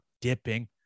dipping